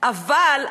אבל,